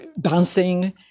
dancing